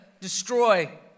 destroy